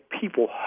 people